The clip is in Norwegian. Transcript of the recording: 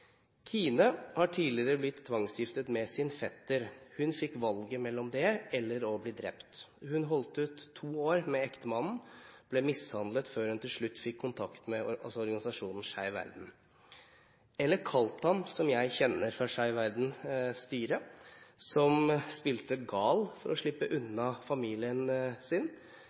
«Kine» har tidligere blitt tvangsgiftet med sin fetter. Hun fikk valget mellom det eller å bli drept. Hun holdt ut i to år med ektemannen og ble mishandlet før hun til slutt fikk kontakt med organisasjonen Skeiv Verden. Eller Kaltham, som jeg kjenner fra Skeiv Verdens styre, som spilte gal for å slippe unna familien sin